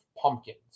pumpkins